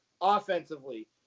offensively